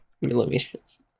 millimeters